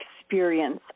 experience